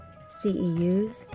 CEUs